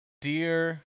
dear